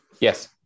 Yes